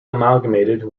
amalgamated